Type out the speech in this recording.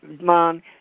mom